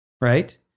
right